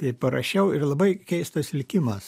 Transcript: tai parašiau ir labai keistas likimas